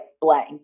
blank